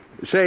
Say